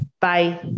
Bye